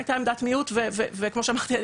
הייתה עמדת מיעוט וכמו שאמרתי,